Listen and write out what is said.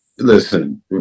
Listen